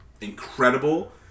incredible